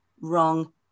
wrong